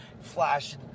flash